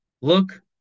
Look